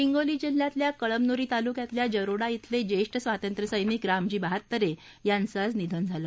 हिंगोली जिल्ह्यातल्या कळमनुरी तालुक्यामधल्या जरोडा अले ज्येष्ठ स्वातंत्र्यसैनिक रामजी बाहत्तरे यांचं आज निधन झालं